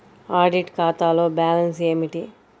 Audit ఖాతాలో balance ఏమిటీ?